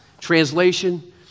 Translation